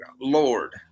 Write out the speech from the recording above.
Lord